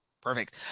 perfect